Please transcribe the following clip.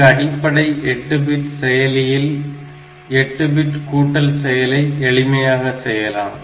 ஒரு அடிப்படை 8 பிட் செயலியில் 8 பிட் கூட்டல் செயலை எளிமையாக செய்யலாம்